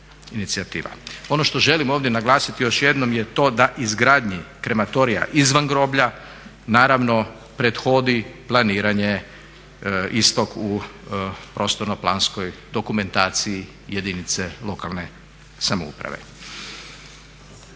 Ono što želim naglasiti još jednom je to da izgradnji krematorija izvan groblja naravno prethodi planiranje istog u prostorno-planskoj dokumentaciji jedinice lokalne samouprave.